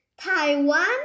Taiwan